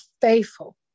faithful